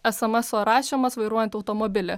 esemeso surašymas vairuojant automobilį